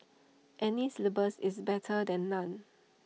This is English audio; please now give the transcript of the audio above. any syllabus is better than none